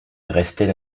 restait